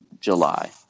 July